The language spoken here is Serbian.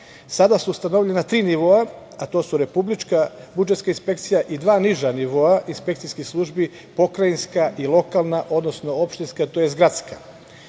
Sada su ustanovljena tri nivoa, a to su republička budžetska inspekcija i dva niža nivoa inspekcijskih službi, pokrajinska i lokalna, odnosno opštinska, tj. gradska. Oblast